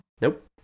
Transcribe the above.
Nope